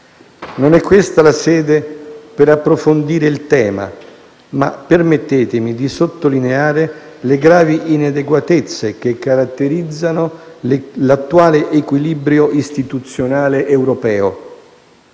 Non è questa la sede per approfondire il tema, ma permettetemi di sottolineare le gravi inadeguatezze che caratterizzano l'attuale equilibrio istituzionale europeo.